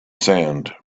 sand